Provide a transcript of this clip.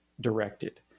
directed